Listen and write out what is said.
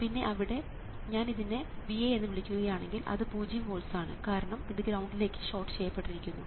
പിന്നെ ഇവിടെ ഞാൻ ഇതിനെ VA എന്ന് വിളിക്കുകയാണെങ്കിൽ അത് പൂജ്യം വോൾട്സ് ആണ് കാരണം ഇത് ഗ്രൌണ്ടിലേക്ക് ഷോർട്ട് ചെയ്തിരിക്കുന്നു